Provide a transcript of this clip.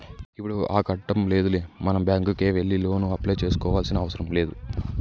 ఇప్పుడు ఆ కట్టం లేదులే మనం బ్యాంకుకే వెళ్లి లోను అప్లై చేసుకోవాల్సిన అవసరం లేదు